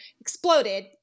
exploded